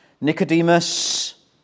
Nicodemus